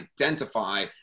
identify